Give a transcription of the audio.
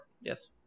Yes